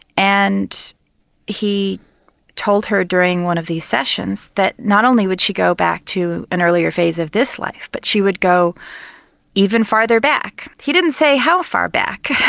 and he told her during one of these sessions that not only would she go back to an earlier phase of this life but she would go even further back. he didn't say how far back